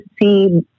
see